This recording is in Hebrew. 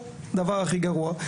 דבר הכי גרוע.